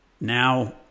Now